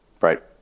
right